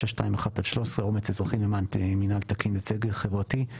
4921/13, אומץ אזרחי למען מינהל תקין וצדק חברתי,